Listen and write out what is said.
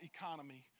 economy